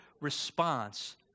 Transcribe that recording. response